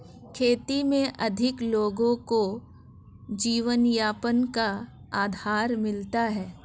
खेती में अधिक लोगों को जीवनयापन का आधार मिलता है